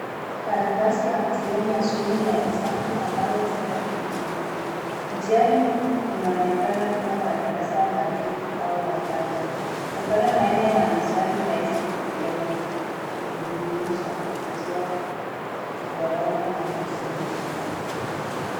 Karatasi ya mtihani ya somo la hesabu ambalo tayari limemakiwa. Mtihani huu unaonekana kua wa darasa la pili au la tatu, kutokana na aina ya maswali rahisi ya kujumlisha, kutoa, kugawanya na kuzidisha.